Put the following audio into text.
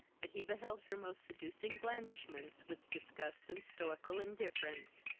but he beheld her most seducing blandishments with disgust and stoical indifference.